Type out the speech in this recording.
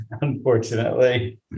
unfortunately